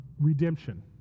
redemption